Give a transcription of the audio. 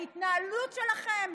ההתנהלות שלכם